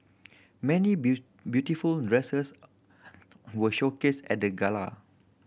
many beautiful dresses were showcased at the gala